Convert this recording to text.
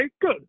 Good